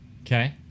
Okay